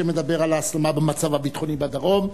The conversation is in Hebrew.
שמדבר על ההסלמה במצב הביטחוני בדרום,